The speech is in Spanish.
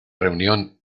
reunión